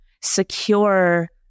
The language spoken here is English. secure